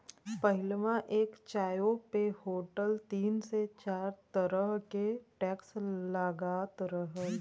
पहिलवा एक चाय्वो पे होटल तीन से चार तरह के टैक्स लगात रहल